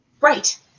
Right